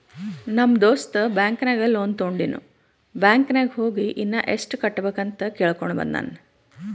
ನಮ್ ದೋಸ್ತ ಬ್ಯಾಂಕ್ ನಾಗ್ ಲೋನ್ ತೊಂಡಿನು ಬ್ಯಾಂಕ್ ನಾಗ್ ಹೋಗಿ ಇನ್ನಾ ಎಸ್ಟ್ ಕಟ್ಟಬೇಕ್ ಅಂತ್ ಕೇಳ್ಕೊಂಡ ಬಂದಾನ್